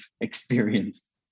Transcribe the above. experience